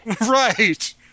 Right